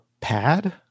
pad